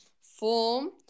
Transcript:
form